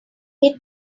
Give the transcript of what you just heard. hit